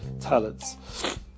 talents